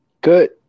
Good